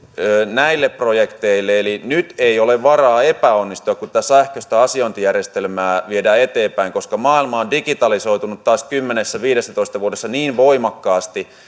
näille projekteille eli nyt ei ole varaa epäonnistua kun tätä sähköistä asiointijärjestelmää viedään eteenpäin koska maailma on digitalisoitunut taas kymmenessä viiva viidessätoista vuodessa niin voimakkaasti